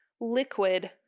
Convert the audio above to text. liquid